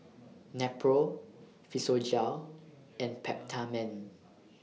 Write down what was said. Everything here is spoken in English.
Nepro Physiogel and Peptamen